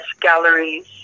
galleries